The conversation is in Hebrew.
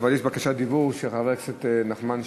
אבל יש בקשת דיבור של חבר הכנסת נחמן שי.